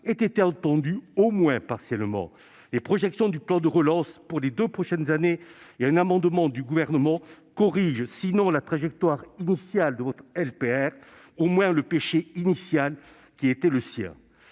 ait été entendu, au moins partiellement. Les projections du plan de relance pour les deux prochaines années ainsi qu'un amendement du Gouvernement corrigent, sinon la trajectoire initiale de la LPPR, du moins le péché initial qui était le sien.